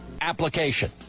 application